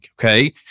Okay